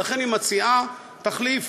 ולכן היא מציעה תחליף,